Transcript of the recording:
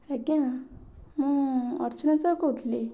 ଆଜ୍ଞା ମୁଁ ଅର୍ଚନା ସାହୁ କହୁଥିଲି